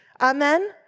Amen